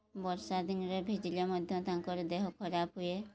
ବର୍ଷା ଦିନରେ ଭିଜିଲେ ମଧ୍ୟ ତାଙ୍କର ଦେହ ଖରାପ ହୁଏ